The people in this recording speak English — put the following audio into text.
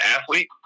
athlete